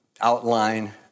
outline